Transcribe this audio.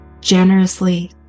generously